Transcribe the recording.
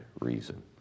reason